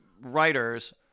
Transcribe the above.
writers